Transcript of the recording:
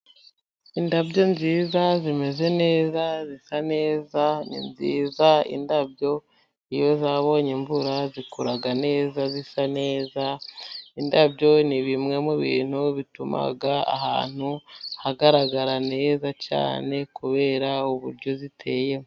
Indabo nziza, zimeze neza, zisa neza. Ni nziza, indabo iyo zabonye imvura zikura neza, zisa neza, indabo nibimwe mubintu bituma ahantu hagaragara nezaza cyane kubera uburyo ziteye.